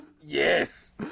Yes